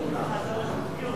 ציפי לבני.